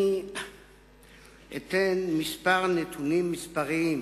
אני אתן כמה נתונים מספריים,